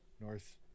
North